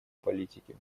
политики